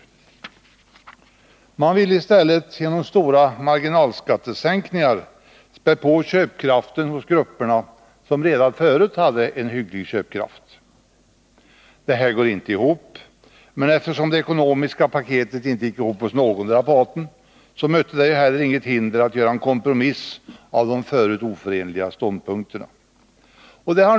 Moderaterna ville i stället, genom stora marginalskattesänkningar, spä på köpkraften hos de grupper som redan förut hade en hygglig köpkraft. Detta går inte ihop, men eftersom det ekonomiska paketet inte gick ihop hos någondera parten, mötte en kompromiss av de förut oförenliga ståndpunkterna heller inget hinder.